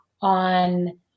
on